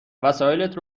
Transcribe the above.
وسایلت